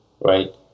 right